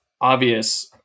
obvious